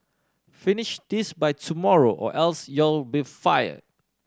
finish this by tomorrow or else you'll be fired